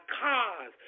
cars